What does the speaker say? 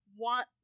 want